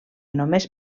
només